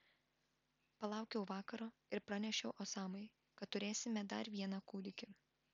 palaukiau vakaro ir pranešiau osamai kad turėsime dar vieną kūdikį